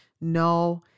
no